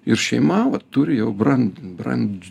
ir šeima vat turi jau brand brandž